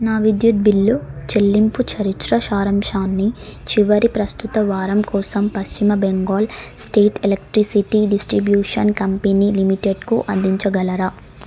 నా విద్యుత్తు బిల్లు చెల్లింపు చరిత్ర సారాంశాన్ని చివరి ప్రస్తుత వారం కోసం పశ్చిమ Bengal state electricity distribution company లిమిటెడ్కు అందించగలరా